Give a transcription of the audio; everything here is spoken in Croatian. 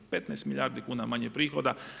15 milijardi kuna manje prihoda.